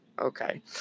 Okay